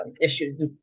issues